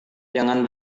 jangan